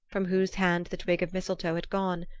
from whose hand the twig of mistletoe had gone,